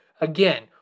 Again